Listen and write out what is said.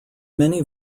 many